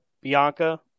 Bianca